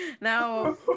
now